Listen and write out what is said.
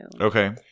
Okay